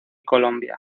colombia